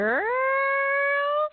Girl